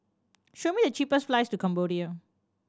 show me the cheapest flights to Cambodia